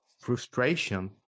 frustration